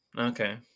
Okay